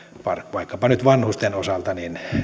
vaikkapa nyt vanhusten osalta